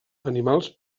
animals